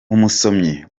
umusomyi